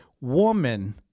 woman